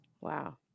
Wow